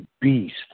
beast